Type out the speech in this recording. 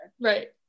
right